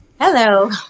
Hello